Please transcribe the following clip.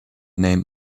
name